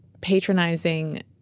patronizing